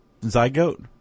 zygote –